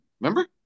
Remember